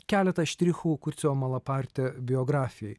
keletą štrichų kurcio malaparti biografijai